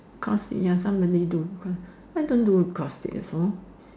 cause ya somebody do cause I don't do cause so